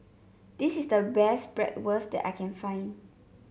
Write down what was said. this is the best Bratwurst that I can find